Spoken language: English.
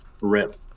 rip